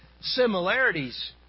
similarities